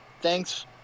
Thanks